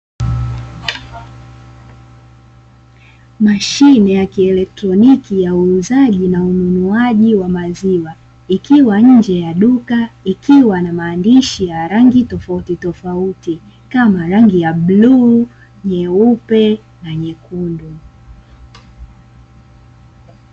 Mashine ya kielektroniki ya uuzaji na ununuaji wa maziwa ikiwa nje ya duka ikiwa na maandishi ya rangi tofautitofauti kama rangi ya bluu, nyeupe na nyekundu.